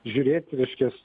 žiūrėt reiškias